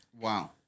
Wow